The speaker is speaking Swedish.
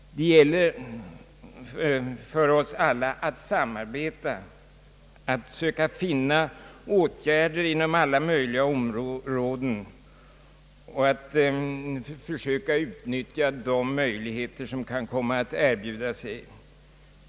Det gäller för oss alla att samarbeta och söka finna nya lösningar inom alla möjliga områden och att försöka utnyttja alla de möjligheter som kan komma att erbjuda sig.